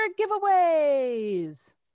giveaways